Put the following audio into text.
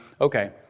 Okay